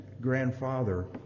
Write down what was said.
grandfather